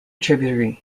tributary